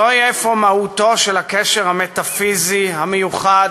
זוהי אפוא מהותו של הקשר המטאפיזי המיוחד